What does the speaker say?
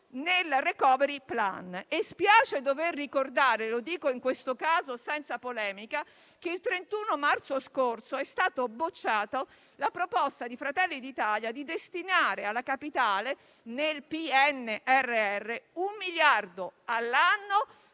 nel *recovery plan*. Spiace dover ricordare - lo dico in questo caso senza polemica - che il 31 marzo scorso è stata bocciata la proposta di Fratelli d'Italia di destinare alla capitale nel PNRR un miliardo all'anno